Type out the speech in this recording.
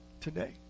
today